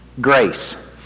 grace